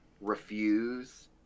refuse